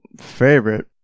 favorite